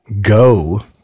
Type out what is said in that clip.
go